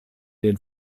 den